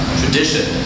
tradition